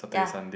ya